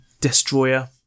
Destroyer